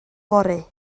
fory